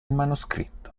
manoscritto